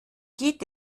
geht